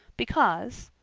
because,